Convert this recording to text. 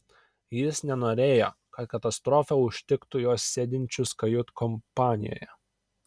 jis nenorėjo kad katastrofa užtiktų juos sėdinčius kajutkompanijoje